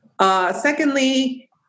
Secondly